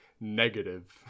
negative